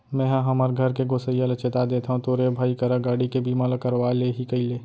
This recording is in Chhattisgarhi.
मेंहा हमर घर के गोसइया ल चेता देथव तोरे भाई करा गाड़ी के बीमा ल करवा ले ही कइले